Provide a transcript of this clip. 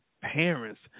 parents